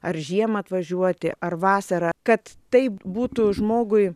ar žiemą atvažiuoti ar vasarą kad tai būtų žmogui